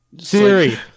Siri